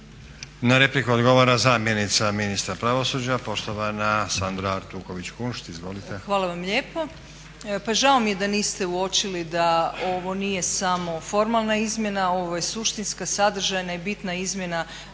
Na repliku odgovara zamjenica ministra pravosuđa poštovana Sandra Artuković Kunšt. **Artuković Kunšt, Sandra** Hvala vam lijepo. Pa žao mi je da niste uočili da ovo nije samo formalna izmjena, ovo je suštinska, sadržajna i bitna izmjena